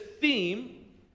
theme